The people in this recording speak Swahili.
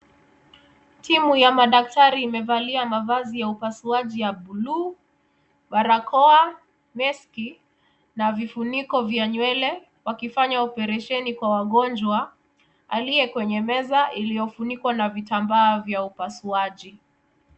Timu ya madaktari imevalia mavazi ya upasuaji ya blue, barakoa, mask na vifunuko vya nywele wakifanya oparesheni kwa wagonjwa aliye kwenye meza iliyofunikwa na vitambaa vya upasuaji.